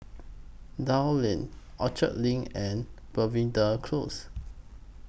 Dell Lane Orchard LINK and Belvedere Close